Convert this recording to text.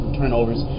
turnovers